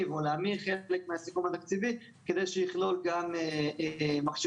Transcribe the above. או להשיג חלק מהסיכום התקציבי כדי שיכלול גם מכשירי